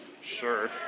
Sure